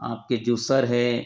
आपके जूसर है